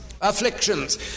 afflictions